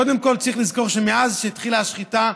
קודם כול, צריך לזכור שמאז התחילה השחיטה,